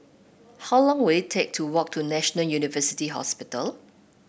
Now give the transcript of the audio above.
how long will it take to walk to National University Hospital